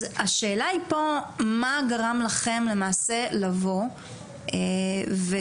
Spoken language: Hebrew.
השאלה פה מה גרם לכם למעשה לבוא וכנראה,